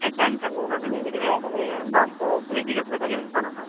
ᱟᱪᱪᱷᱟ ᱮᱱᱠᱷᱟᱱ ᱫᱚ ᱚᱱᱟ ᱰᱩᱞᱩᱝ ᱜᱟᱹᱰᱤ ᱨᱮᱭᱟᱜ ᱫᱚ ᱫᱟᱢ ᱠᱚ ᱠᱩᱞᱤ ᱡᱤᱜᱟᱥ ᱞᱟᱜᱟᱛ ᱜᱮᱵᱤᱱ ᱯᱷᱳᱱ ᱟᱠᱟᱜᱼᱟ